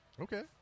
Okay